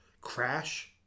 Crash